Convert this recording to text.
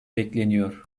bekleniyor